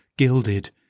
Gilded